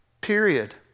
Period